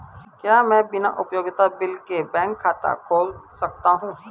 क्या मैं बिना उपयोगिता बिल के बैंक खाता खोल सकता हूँ?